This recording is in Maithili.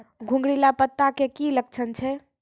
घुंगरीला पत्ता के की लक्छण छै?